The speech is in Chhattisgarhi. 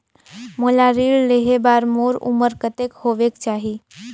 मोला ऋण लेहे बार मोर उमर कतेक होवेक चाही?